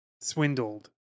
swindled